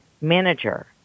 manager